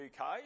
UK